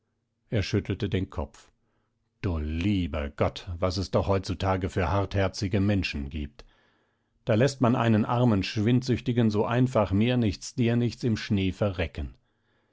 er schüttelte den kopf du lieber gott was es doch heutzutage für hartherzige menschen gibt da läßt man einen armen schwindsüchtigen so einfach mir nichts dir nichts im schnee verrecken